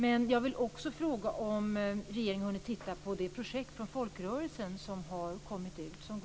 Men jag vill också fråga om regeringen har hunnit se på det projekt som folkrörelserna har tagit fram.